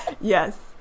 yes